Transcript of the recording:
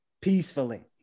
peacefully